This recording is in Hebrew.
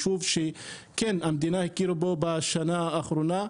הוא יישוב שהמדינה הכירה בו בשנה האחרונה,